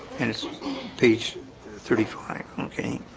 and it's page thirty five, okay